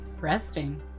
Resting